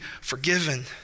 forgiven